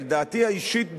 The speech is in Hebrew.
על דעתי האישית בלבד,